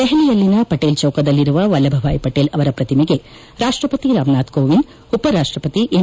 ದೆಪಲಿಯಲ್ಲಿನ ಪಟೇಲ್ ಚೌಕದಲ್ಲಿರುವ ವಲ್ಲಭಭಾಯ್ ಪಟೇಲ್ ಅವರ ಪ್ರತಿಮೆಗೆ ರಾಷ್ಷಪತಿ ರಾಮನಾಥ್ ಕೋವಿಂದ್ ಉಪರಾಷ್ಷಪತಿ ಎಂ